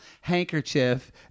handkerchief